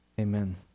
Amen